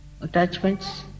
attachments